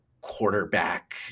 quarterback